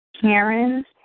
Karen